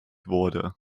wurde